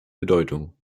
bedeutung